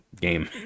game